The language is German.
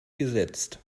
gesetzt